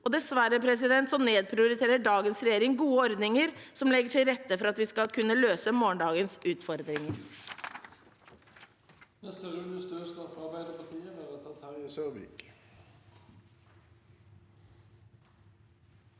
dessverre nedprioriterer dagens regjering gode ordninger som legger til rette for at vi skal kunne løse morgendagens utfordringer.